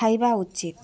ଖାଇବା ଉଚିତ